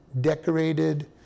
decorated